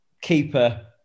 keeper